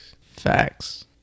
Facts